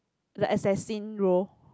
the assassin role